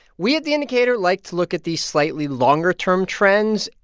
we at the indicator like to look at these slightly longer-term trends.